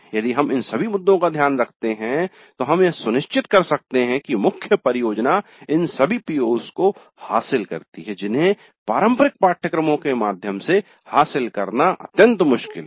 यदि हम इन सभी मुद्दों का ध्यान रखते हैं तो हम यह सुनिश्चित कर सकते हैं कि मुख्य परियोजना इन सभी PO's को हासिल करती है जिन्हें पारंपरिक पाठ्यक्रमों के माध्यम से हासिल करना बहुत मुश्किल है